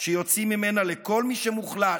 שיוצאים ממנה לכל מי שמוחלש,